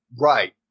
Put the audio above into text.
Right